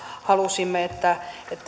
halusimme että